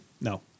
No